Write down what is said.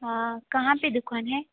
हाँ कहाँ पर दुकान है